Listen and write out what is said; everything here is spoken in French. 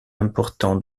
important